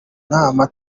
nama